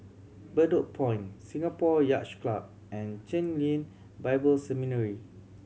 Bedok Point Singapore Yacht Club and Chen Lien Bible Seminary